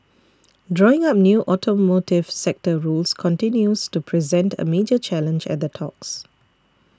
drawing up new automotive sector rules continues to present a major challenge at the talks